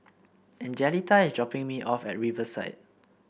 Angelita is dropping me off at Riverside